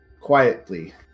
quietly